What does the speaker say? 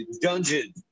Dungeon